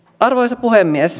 arvoisa puhemies